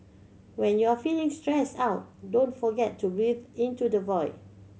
when you are feeling stressed out don't forget to breathe into the void